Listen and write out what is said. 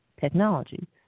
technology